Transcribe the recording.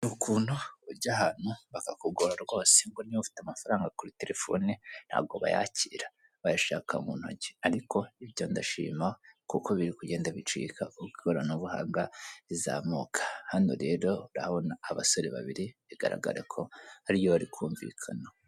Hari ukuntu ujya ahantu bakakugora rwose ngo niba ufite amafaranga kuri terefone ntabwo bayakira bayashaka mu ntoki, ariko ibyo ndashima kuko biri kugenda bicika uko ikoranabuhanga rizamuka, hano rero urahabona abasore babiri bigaragare ko hariryo wari kumvikana.